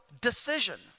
decision